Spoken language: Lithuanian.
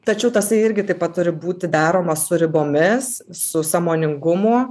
tačiau tasai irgi taip pat turi būti daroma su ribomis su sąmoningumu